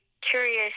curious